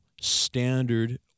standard